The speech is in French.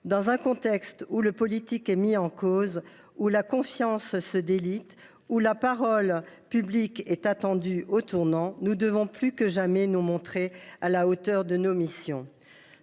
Dans un contexte où le politique est mis en cause, où la confiance se délite, où la parole publique est attendue au tournant, nous devons plus que jamais nous montrer à la hauteur de nos missions.